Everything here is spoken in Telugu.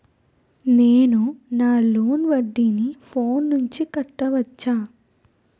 నేను నా లోన్ వడ్డీని ఫోన్ నుంచి కట్టవచ్చా?